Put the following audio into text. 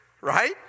right